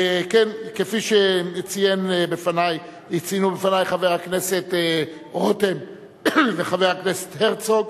כפי שציינו בפני חברי הכנסת רותם והרצוג,